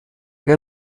que